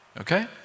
okay